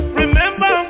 remember